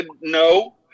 No